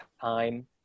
time